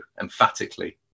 emphatically